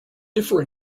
differ